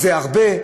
זה הרבה?